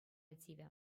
тивӗ